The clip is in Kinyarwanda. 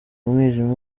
umwijima